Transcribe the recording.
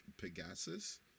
Pegasus